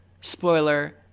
spoiler